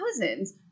cousins